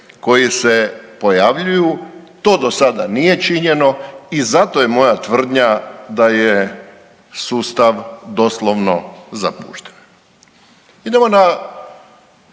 koji se pojavljuju. To do sada nije činjeno i zato je moja tvrdnja da je sustav doslovno zapušten. Idemo na